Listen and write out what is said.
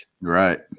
Right